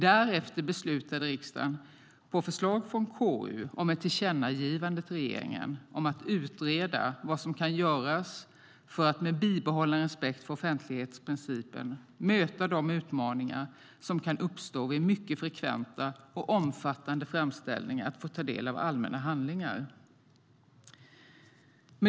Därefter beslutade riksdagen på förslag från KU om ett tillkännagivande till regeringen att utreda vad som kan göras för att med bibehållen respekt för offentlighetsprincipen möta de utmaningar som kan uppstå vid mycket frekventa och omfattande framställningar att få ta del av allmänna handlingar.